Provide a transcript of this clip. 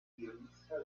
guionista